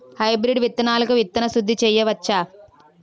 Hybrid విత్తనాలకు విత్తన శుద్ది చేయవచ్చ?